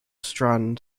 strand